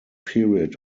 period